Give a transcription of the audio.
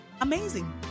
Amazing